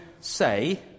say